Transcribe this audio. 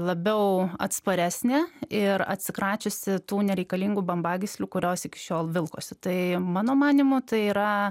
labiau atsparesnė ir atsikračiusi tų nereikalingų bambagyslių kurios iki šiol vilkosi tai mano manymu tai yra